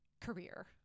career